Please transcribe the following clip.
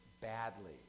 badly